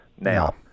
Now